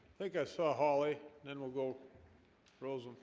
think i saw holly then we'll go rose